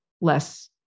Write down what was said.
less